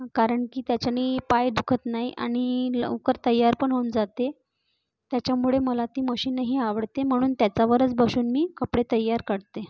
कारण की त्याच्यानी पाय दुखत नाही आणि लवकर तयारपण होऊन जाते त्याच्यामुळे मला ती मशीनही आवडते म्हणून त्याच्यावरच बसून मी कपडे तयार करते